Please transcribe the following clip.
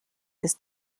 ist